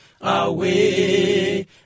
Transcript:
away